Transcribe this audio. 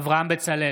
אברהם בצלאל,